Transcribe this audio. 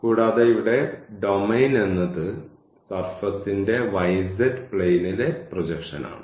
കൂടാതെ ഇവിടെ ഡൊമെയ്ൻ എന്നത് സർഫസ്ന്റെ yz പ്ലെയിനിലെ പ്രൊജക്ഷനാണ്